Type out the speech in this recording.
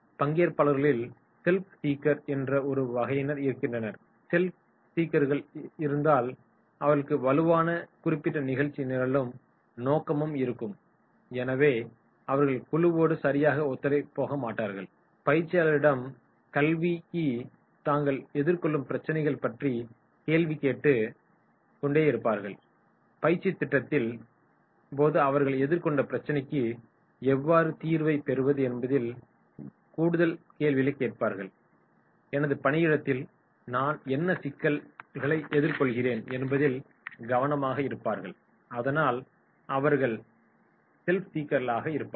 பங்கேற்பாளர்களில் self seeker என்ற ஒரு வகையினர் இருக்கின்றனர் ஸெல்ப் சீக்கர்கள் இருந்தால் அவர்களுக்கு வலுவான தனிப்பட்ட நிகழ்ச்சி நிரலும் நோக்கமும் இருக்கும் எனவே அவர்கள் குழுவோடு சரியாகப் ஒத்துபோக மாட்டார்கள் பயிற்சியாளர்களிடம் தாங்கள் எதிர்கொள்ளும் பிரச்சினைகள் பற்றி கேள்வி கேட்டு கொண்டேயிருப்பார்கள் பயிற்சித் திட்டத்தின் போது அவர்கள் எதிகொண்ட பிரச்சனைக்கு எவ்வாறு தீர்வைப் பெறுவது என்பதில் கூடுதல் கேள்விகளைக் கேட்பார்கள் எனது பணியிடத்தில் நான் என்ன சிக்கலை எதிர்கொள்கிறேன் என்பதில் கவனமாக இருப்பார்கள் அதனால் அவர்கள் ஸெல்ப் சீக்கராக இருப்பார்கள்